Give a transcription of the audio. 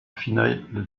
finale